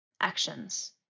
actions